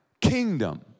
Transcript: kingdom